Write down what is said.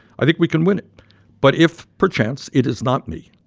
i think we can win it but if, perchance, it is not me,